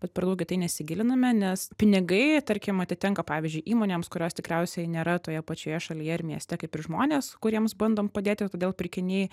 bet per daug į tai nesigiliname nes pinigai tarkim atitenka pavyzdžiui įmonėms kurios tikriausiai nėra toje pačioje šalyje ar mieste kaip ir žmonės kuriems bandom padėti ir todėl pirkiniai